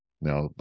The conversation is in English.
Now